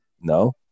No